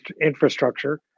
infrastructure